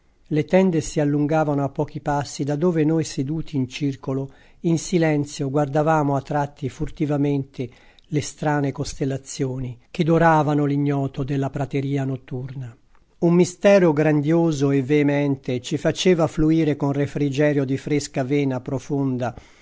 le tende si allungavano a pochi passi da dove noi seduti in circolo in silenzio guardavamo a tratti furtivamente le strane costellazioni che doravano l'ignoto della prateria notturna un mistero grandioso e veemente ci faceva fluire con refrigerio di fresca vena profonda